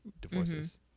divorces